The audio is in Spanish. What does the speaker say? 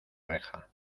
reja